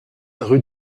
rue